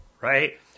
right